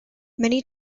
many